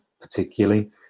particularly